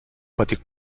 petit